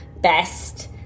best